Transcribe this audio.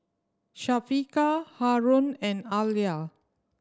Syafiqah Haron and Alya